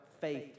faith